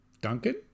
Duncan